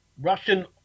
Russian